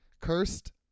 cursed